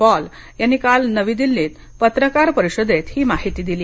Paul यांनी काल नवी दिल्लीत पत्रकार परिषदेत ही माहिती दिली